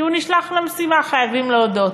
כי הוא נשלח למשימה, חייבים להודות.